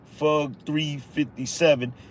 Fug357